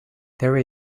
there